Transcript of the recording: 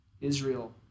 Israel